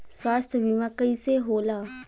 स्वास्थ्य बीमा कईसे होला?